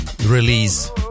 release